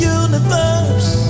universe